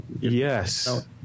yes